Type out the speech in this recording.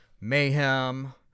Mayhem